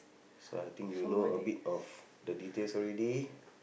so I think you know a bit of the details already